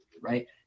right